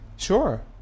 Sure